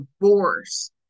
divorce